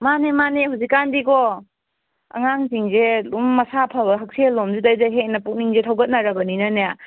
ꯃꯥꯅꯦ ꯃꯥꯅꯦ ꯍꯧꯖꯤꯛꯀꯥꯟꯗꯤꯀꯣ ꯑꯉꯥꯡꯁꯤꯡꯁꯦ ꯑꯗꯨꯝ ꯃꯁꯥ ꯐꯕ ꯍꯛꯁꯦꯜ ꯂꯣꯝꯖꯤꯗꯩꯗ ꯍꯦꯟꯅ ꯄꯨꯛꯅꯤꯡꯁꯦ ꯊꯧꯒꯠꯅꯔꯃꯤꯅꯅꯦ